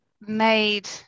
made